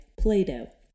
Play-Doh